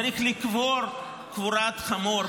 צריך לקבור קבורת חמור,